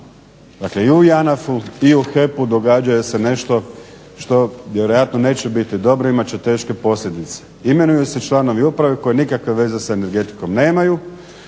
Dakle, i u JANAF-u i u HEP-u događa se nešto što vjerojatno neće biti dobro, imat će teške posljedice. Imenuju se članovi uprave koji nikakve veze s energetikom nemaju,